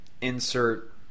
Insert